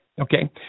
Okay